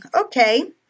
okay